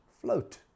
float